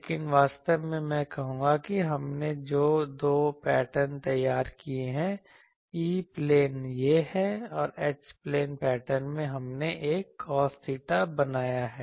लेकिन वास्तव में मैं कहूंगा कि हमने जो दो पैटर्न तैयार किए हैं E प्लेन यह है और H प्लेन पैटर्न में हमने एक cos theta बनाया है